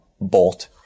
bolt